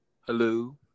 Hello